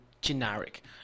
generic